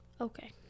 Okay